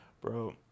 Bro